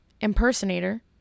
impersonator